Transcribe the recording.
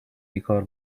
بیکار